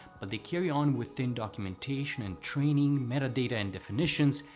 but they carry on within documentation and training, metadata and definitions,